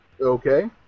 Okay